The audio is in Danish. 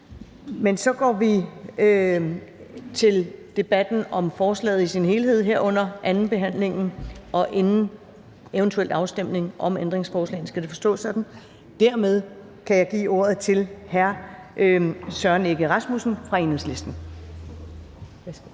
og så går vi til debatten om forslaget i sin helhed, herunder andenbehandlingen og inden eventuel afstemning om ændringsforslagene. Skal det forstås sådan? Dermed kan jeg give ordet til hr. Søren Egge Rasmussen fra Enhedslisten.